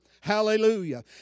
Hallelujah